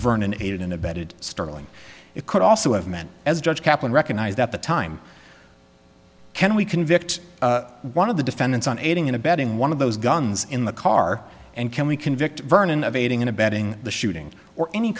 vernon aided and abetted sterling it could also have meant as judge kaplan recognized that the time can we convict one of the defendants on aiding and abetting one of those guns in the car and can we convict vernon of aiding and abetting the shooting or any